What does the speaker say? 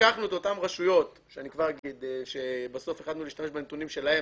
לקחנו את אותן רשויות שבסוף החלטנו להשתמש בנתונים שלהן,